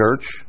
church